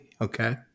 Okay